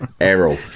Errol